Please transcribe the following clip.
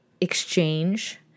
exchange